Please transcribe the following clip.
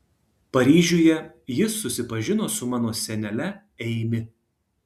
paryžiuje jis susipažino su mano senele eimi